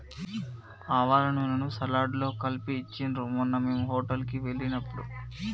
ఆవాల నూనెను సలాడ్స్ లో కలిపి ఇచ్చిండ్రు మొన్న మేము హోటల్ కి వెళ్ళినప్పుడు